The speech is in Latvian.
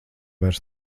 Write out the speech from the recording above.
vairs